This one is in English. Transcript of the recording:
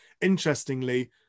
Interestingly